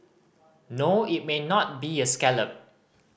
no it may not be a scallop